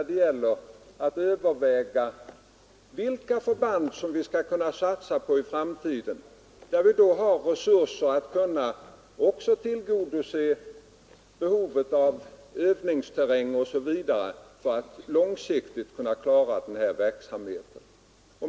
Det gäller att överväga vilka förband vi skall satsa på i framtiden och var det finns resurser att tillgodose behovet av övningsterräng osv. för att långsiktigt klara verksamheten.